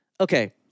okay